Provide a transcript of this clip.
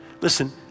Listen